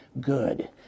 Good